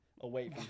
away